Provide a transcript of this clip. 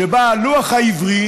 שבה הלוח העברי